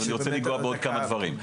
אז אני רוצה לגעת בעוד כמה דברים.